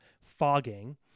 fogging